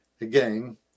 Again